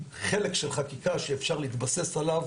חלק של חקיקה שאפשר להתבסס עליו,